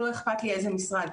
לא אכפת לי איזה משרד.